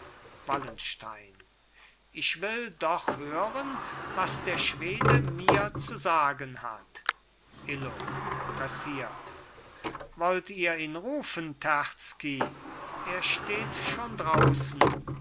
wallenstein ich will doch hören was der schwede mir zu sagen hat illo pressiert wollt ihr ihn rufen terzky er steht schon draußen